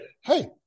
hey